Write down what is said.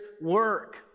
work